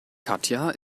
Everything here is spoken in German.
katja